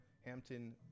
Hampton